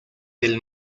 del